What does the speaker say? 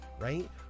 right